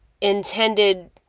intended